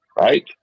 right